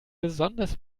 besonders